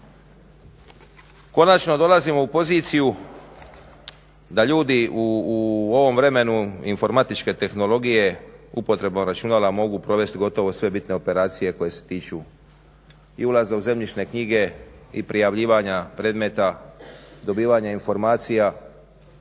Konačno dolazimo u poziciju da ljudi u ovom vremenu informatičke tehnologije upotrebom računala mogu provesti gotovo sve bitne operacije koje se tiču i ulaza u zemljišne knjige i prijavljivanja predmeta, dobivanja informacija.